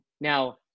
Now